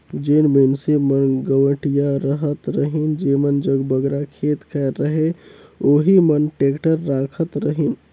जेन मइनसे मन गवटिया रहत रहिन जेमन जग बगरा खेत खाएर रहें ओही मन टेक्टर राखत रहिन